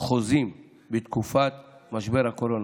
חוזים בתקופת משבר הקורונה.